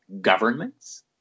governments